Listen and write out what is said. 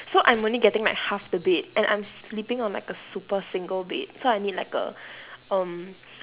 so I'm only getting like half the bed and I'm sleeping on like a super single bed so I need like a um